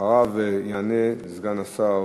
אחריו יענה סגן השר